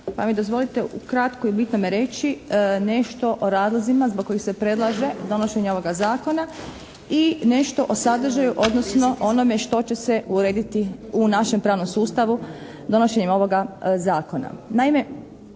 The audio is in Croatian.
pa mi dozvolite ukratko i u bitnome reći nešto o razlozima zbog kojih se predlaže donošenje ovoga zakona i nešto o sadržaju, odnosno onome što će se urediti u našem pravnom sustavu donošenjem ovoga zakona.